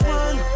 one